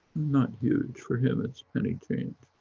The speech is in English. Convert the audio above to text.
not huge for him. it's penny change,